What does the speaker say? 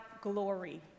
glory